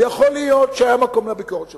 ויכול להיות שהיה מקום לביקורת שלך.